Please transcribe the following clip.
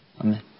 Amen